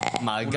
אולי,